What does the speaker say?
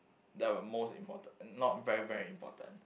the most important not very very important